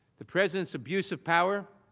the presidents abuse of power,